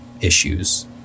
issues